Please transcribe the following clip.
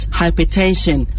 hypertension